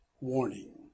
warning